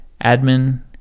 Admin